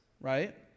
right